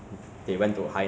tagim 也是没有 ah